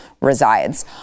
resides